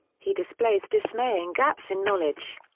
he displays dismaying gaps in knowledge.